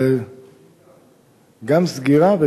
סגירה גם?